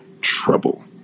trouble